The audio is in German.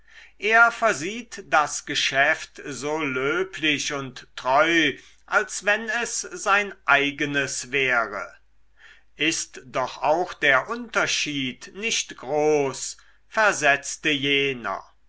er versieht das geschäft so löblich und treu als wenn es sein eigenes wäre ist doch auch der unterschied nicht groß versetzte jener